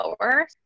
lower